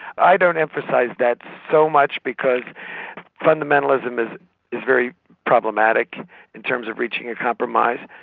i don't emphasise that so much because fundamentalism is very problematic in terms of reaching a compromise.